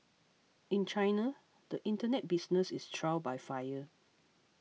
in China the Internet business is trial by fire